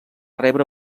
rebre